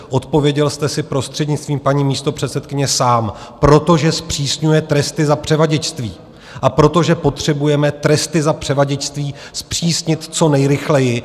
Odpověděl jste si, prostřednictvím paní místopředsedkyně, sám protože zpřísňuje tresty za převaděčství a protože potřebujeme tresty za převaděčství zpřísnit co nejrychleji.